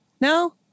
No